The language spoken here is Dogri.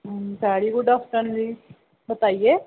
वैरी गुड ऑफ्टरनून बताइये